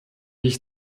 ich